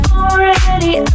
already